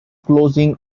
closing